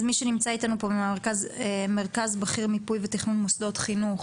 אז מי שנמצא איתנו פה מהמרכז הבכיר למיפוי ותכנון מוסדות חינוך,